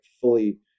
fully